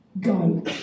go